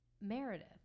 Meredith